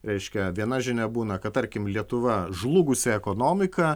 reiškia viena žinia būna kad tarkim lietuva žlugusia ekonomika